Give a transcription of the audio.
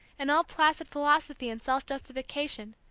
in all placid philosophy and self-justification,